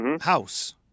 House